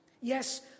Yes